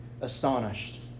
astonished